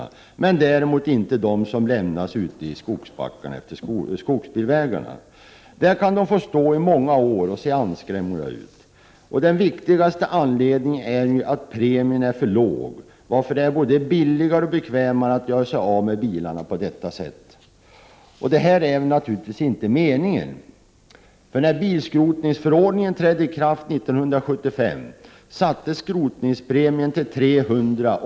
Så sker däremot inte med de bilvrak som lämnas i skogsbackarna utefter skogsbilvägarna. Där kan de få stå i många år och se anskrämliga ut. Den viktigaste anledningen är att skrotningspremien är för låg. Det är alltså både billigare och bekvämare att göra sig av med bilarna på detta sätt. Men det är naturligtvis inte meningen. När bilskrotningsförordningen trädde i kraft 1975 sattes skrotningspremien till 300 kr.